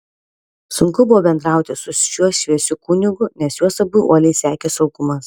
sunku buvo bendrauti su šiuo šviesiu kunigu nes juos abu uoliai sekė saugumas